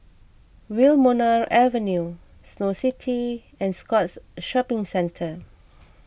Wilmonar Avenue Snow City and Scotts Shopping Centre